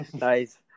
Nice